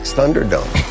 Thunderdome